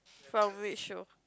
from which show